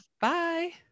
bye